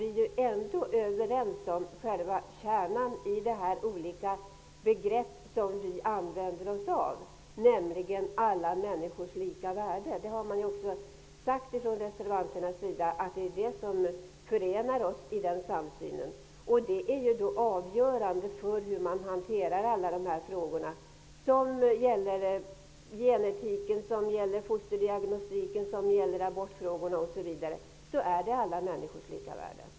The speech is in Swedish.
Vi är ändå överens om själva kärnan i de olika begrepp som vi använder oss av, nämligen alla människors lika värde. Även reservanterna har sagt att det förenar oss i en samsyn. Alla människors lika värde är avgörande för hur alla dessa frågor skall hanteras. Det gäller gen-etiken, fosterdiagnostiken, abortfrågorna osv.